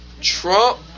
Trump